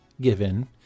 given